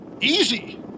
easy